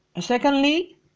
secondly